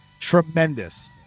tremendous